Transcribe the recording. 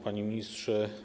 Panie Ministrze!